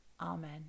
Amen